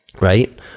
right